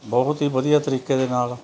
ਬਹੁਤ ਹੀ ਵਧੀਆ ਤਰੀਕੇ ਦੇ ਨਾਲ